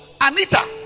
Anita